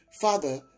Father